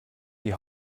die